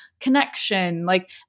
connection—like